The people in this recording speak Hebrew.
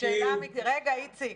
התחקיר --- רגע, איציק.